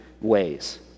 ways